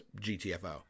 gtfo